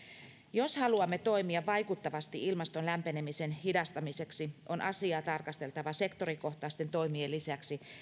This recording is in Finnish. jos haluamme toimia vaikuttavasti ilmaston lämpenemisen hidastamiseksi on asiaa tarkasteltava sektorikohtaisten toimien lisäksi